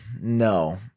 No